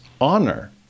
honor